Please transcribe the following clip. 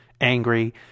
angry